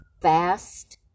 fast